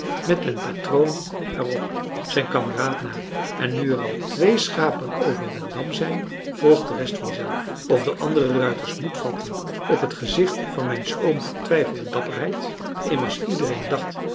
met den patroon er op zijn kameraad na en nu er twee schapen over den dam zijn volgt de rest vanzelf of de andere ruiters moed vatten op het gezicht van mijn ooms vertwijfelde dapperheid immers iedereen